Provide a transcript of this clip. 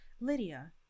Lydia